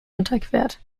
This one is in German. unterquert